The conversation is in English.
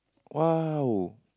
!wow!